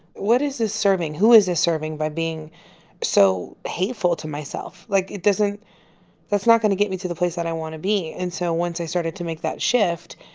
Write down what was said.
what is this serving? who is this serving by being so hateful to myself? like it doesn't that's not going to get me to the place that i want to be and so once i started to make that shift,